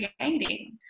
creating